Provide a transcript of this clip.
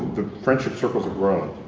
the friendship circle has grown,